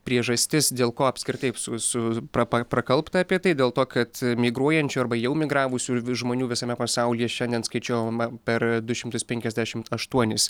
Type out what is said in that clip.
priežastis dėl ko apskritai su su pra prakalbta apie tai dėl to kad migruojančių arba jau migravusių žmonių visame pasaulyje šiandien skaičiuojama per du šimtus penkiasdešimt aštuonis